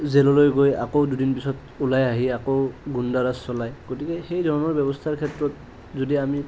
জে'ললৈ গৈ আকৌ দুদিন পিছত ওলাই আহি আকৌ গুণ্ডাৰাজ চলায় গতিকে সেইধৰণৰ ব্যৱস্থাৰ ক্ষেত্ৰত যদি আমি